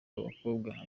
mukobwa